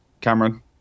Cameron